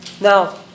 Now